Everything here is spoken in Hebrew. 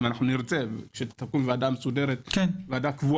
אם נרצה שתקום ועדה קבועה,